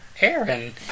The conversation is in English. Aaron